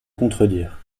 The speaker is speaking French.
contredire